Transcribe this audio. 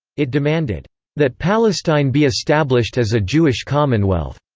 it demanded that palestine be established as a jewish commonwealth.